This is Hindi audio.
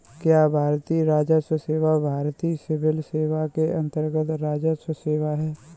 क्या भारतीय राजस्व सेवा भारतीय सिविल सेवा के अन्तर्गत्त राजस्व सेवा है?